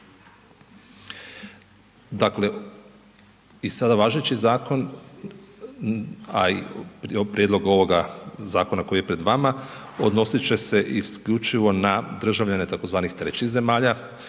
Dakle, i sada važeći zakon, a i prijedlog ovoga zakona koji je pred vama odnosit će se isključivo na državljane tzv. trećih zemalja